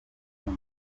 yaba